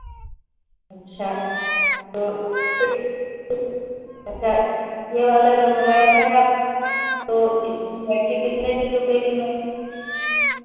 अच्छा ये वाला जो मोबाइल है आप तो इसमें बैट्री कितने दिन रुकेगी मैम